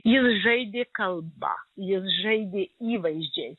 jis žaidė kalba jis žaidė įvaizdžiais